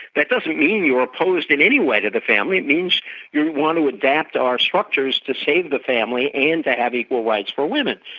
that doesn't mean you're opposed in any way to the family. it means you want to adapt our structures to save the family and to have equal rights for women.